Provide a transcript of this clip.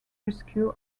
rescue